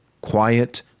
quiet